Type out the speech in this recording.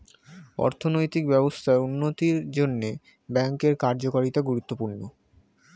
অর্থনৈতিক ব্যবস্থার উন্নতির জন্যে ব্যাঙ্কের কার্যকারিতা গুরুত্বপূর্ণ